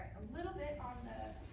a little bit on the